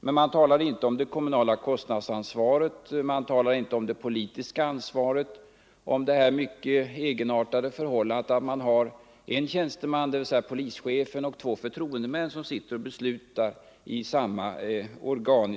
Men man talade inte om det kommunala kostnadsansvaret, man talade inte om det politiska ansvaret och man talade inte heller om det mycket egenartade förhållandet att en tjänsteman, dvs. polischefen, och två förtroendemän sitter och beslutar i samma myndighet.